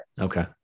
okay